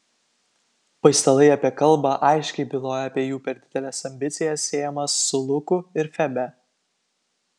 paistalai apie kalbą aiškiai byloja apie jų per dideles ambicijas siejamas su luku ir febe